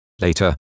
later